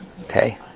Okay